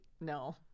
no